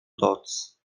doc